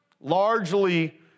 largely